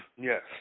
Yes